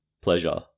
Pleasure